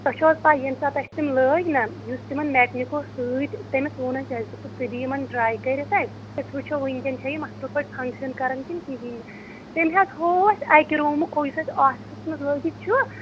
تۄہہِ چھو حظ پاے ییٚمہِ ساتہٕ اَسہِ تِم لٲگۍ نا یُس تِمَن میکنِک اوس سۭتۍ تٔمِس وۄنۍ اَسہِ ژٕ دِ یِمَن ٹراے کٔرِتھ اَسہِ أسۍ وٕچھو وٕنکٮ۪ن چھا یِم اصل پٲٹھۍ فَنگشَن کَران کِنہٕ کِہیٖنۍ تم حظ ہوو اَسہِ اَکہِ روٗمُک یُس اَسہِ آفِسَس مَنٛز لٲگِتھ چھُ